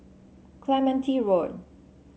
Clementi Road